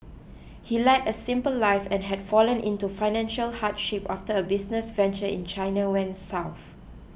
he led a simple life and had fallen into financial hardship after a business venture in China went south